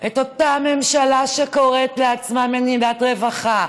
את אותה ממשלה שקוראת לעצמה מדינת רווחה,